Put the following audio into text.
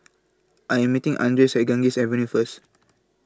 I Am meeting Andres At Ganges Avenue First